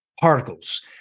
particles